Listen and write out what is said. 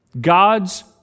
God's